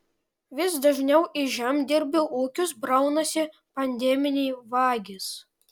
vis dažniau į žemdirbių ūkius braunasi pandeminiai vagys